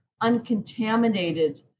uncontaminated